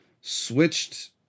switched